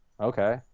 Okay